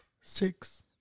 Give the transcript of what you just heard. Six